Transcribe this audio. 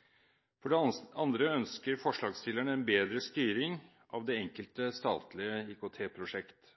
IKT-styring. For det andre ønsker forslagsstillerne en bedre styring av det enkelte statlige IKT-prosjekt.